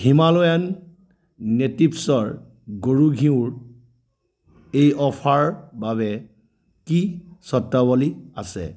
Himalayan নেটিভ্ছৰ গৰু ঘিঁউৰ এই অফাৰৰ বাবে কি চৰ্তাৱলী আছে